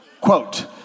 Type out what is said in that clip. Quote